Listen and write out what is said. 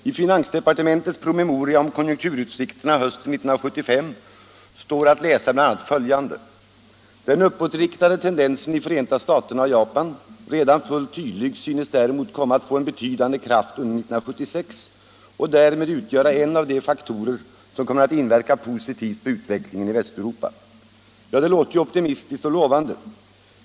I finansdepartementets promemoria om konjunkturutsikterna hösten 1975 står att läsa bl.a. följande: ”Den uppåtriktade tendensen i Förenta staterna och Japan — redan fullt tydlig — synes däremot komma att få en betydande kraft under 1976 och därmed utgöra en av de faktorer som kommer att inverka positivt på utvecklingen i Västeuropa.” Ja, det låter ju optimistiskt och lovande.